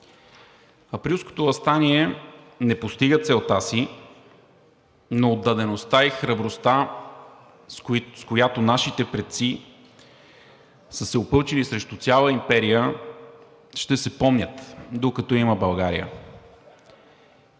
Априлското въстание не постига целта си, но отдадеността и храбростта, с която нашите предци са се опълчили срещу цяла империя, ще се помнят, докато я има България.